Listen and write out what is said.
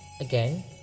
Again